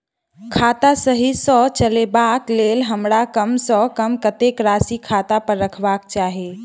खाता सही सँ चलेबाक लेल हमरा कम सँ कम कतेक राशि खाता पर रखबाक चाहि?